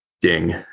Ding